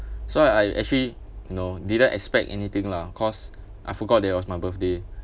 so I I actually you know didn't expect anything lah cos I forgot that was my birthday